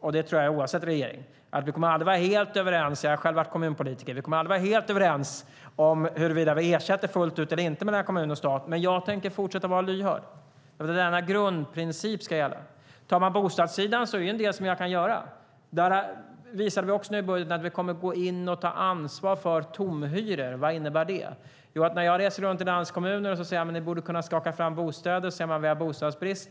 och det tror jag gäller oavsett regering, att vi aldrig kommer att vara helt överens - jag har själv varit kommunpolitiker - om huruvida vi ersätter fullt ut eller inte mellan kommuner och stat, men jag tänker fortsätta att vara lyhörd. Det är denna grundprincip som ska gälla. Tar man bostadssidan är det en del som jag kan göra. Vi visade i budgeten att vi också kommer att gå in och ta ansvar för tomhyror. Vad innebär det? När jag reser runt i landets kommuner säger jag: Ni borde kunna skaka fram bostäder. Då säger man: Vi har bostadsbrist.